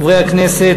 חברי הכנסת,